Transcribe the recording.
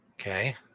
Okay